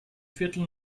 viertel